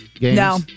no